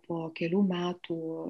po kelių metų